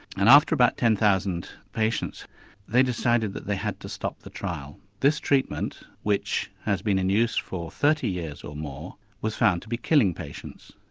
and after about ten thousand patients they decided that they had to stop the trial. this treatment, which has been in use for thirty years or more, was found to be killing patients.